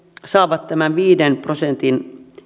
saavat tämän viiden prosentin